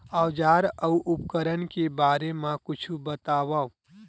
औजार अउ उपकरण के बारे मा कुछु बतावव?